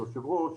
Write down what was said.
היושב-ראש,